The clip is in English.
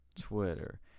Twitter